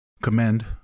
commend